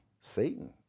Satan